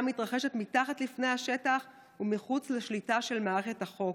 מתרחשת מתחת לפני השטח ומחוץ לשליטה של מערכת החוק.